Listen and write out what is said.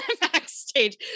backstage